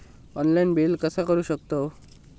Online bill कसा करु शकतव?